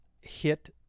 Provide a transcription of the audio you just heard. hit